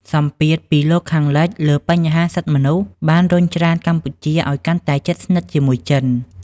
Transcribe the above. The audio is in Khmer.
សម្ពាធពីលោកខាងលិចលើបញ្ហាសិទ្ធិមនុស្ស បានរុញច្រានកម្ពុជាឱ្យកាន់តែជិតស្និទ្ធជាមួយចិន។